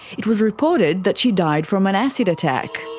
it was reported that she died from an acid attack.